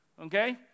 Okay